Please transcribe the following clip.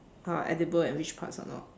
are edible and which parts are not